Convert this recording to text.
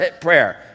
prayer